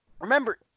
Remember